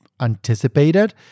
anticipated